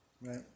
Right